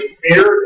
fear